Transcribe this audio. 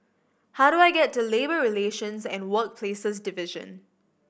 how do I get to Labour Relations and Workplaces Division